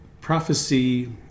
prophecy